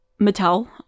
Mattel